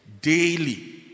daily